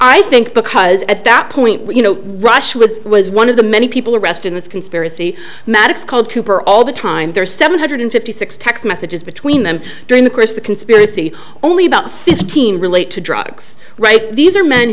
i think because at that point you know rush was was one of the many people arrested this conspiracy maddox called cooper all the time there are seven hundred fifty six text messages between them during the course the conspiracy only about fifteen relate to drugs right these are men